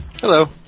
Hello